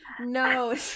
no